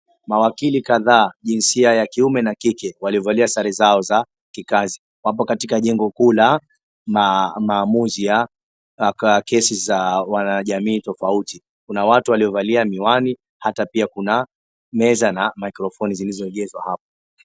Mawakili kadhaa jinsia ya kike na kiume wamevalia sare zao za kikazi , wapo katika jengo kuu la maamuzi ya kesi za wanajamii tofauti. Kuna watu waliovalia miwani hata pia kuna meza na microphoni zilizoegezwa hapo.